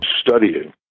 studying